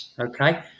Okay